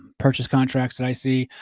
purchase contracts that i see,